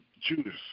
Judas